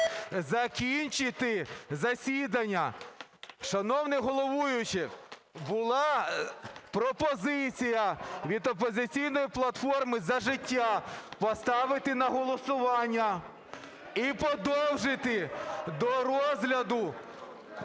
закінчити засідання. Шановний головуючий, була пропозиція від "Опозиційної платформи - За життя" поставити на голосування і подовжити до розгляду